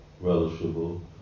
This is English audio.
relishable